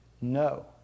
No